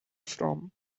from